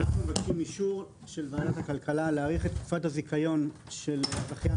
אנחנו מבקשים אישור של ועדת הכלכלה להאריך את תקופת הזיכיון של הזכיין